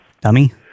Dummy